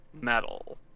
metal